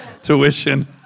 tuition